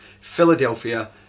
Philadelphia